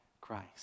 Christ